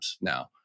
now